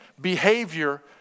behavior